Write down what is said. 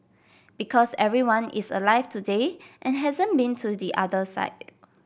because everyone is alive today and hasn't been to the other side